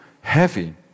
heavy